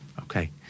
okay